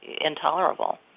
intolerable